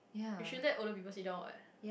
you should let older people sit down what